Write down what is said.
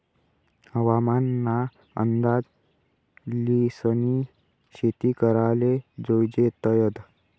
हवामान ना अंदाज ल्हिसनी शेती कराले जोयजे तदय